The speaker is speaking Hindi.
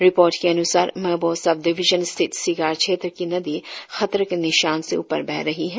रिपोर्ट के अन्सार मेबो सब डिविजन स्थित सिगार क्षेत्र की नदी खतरे के निशान से उपर बह रही है